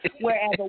whereas